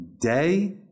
day